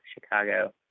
Chicago